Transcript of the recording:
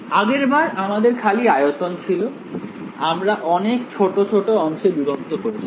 আগেরবার আমাদের খালি আয়তন ছিল আমরা অনেক ছোট ছোট অংশে বিভক্ত করেছিলাম